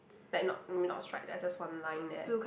like not maybe not stripe just just one line there